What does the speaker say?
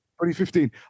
2015